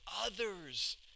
others